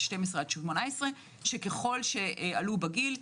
12 עד 18. ככל שעלו בגיל,